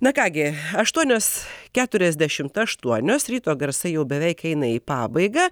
na ką gi aštuonios keturiasdešimt aštuonios ryto garsai jau beveik eina į pabaigą